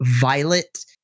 violet